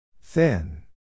Thin